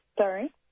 Sorry